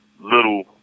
little